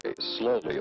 slowly